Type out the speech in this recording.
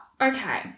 Okay